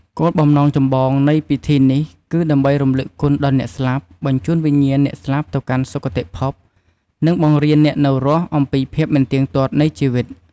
គោលបំណងចម្បងនៃពិធីនេះគឺដើម្បីរំលឹកគុណអ្នកស្លាប់ បញ្ជូនវិញ្ញាណអ្នកស្លាប់ទៅកាន់សុគតិភព និងបង្រៀនអ្នកនៅរស់អំពីភាពមិនទៀងទាត់នៃជីវិត។